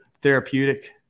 therapeutic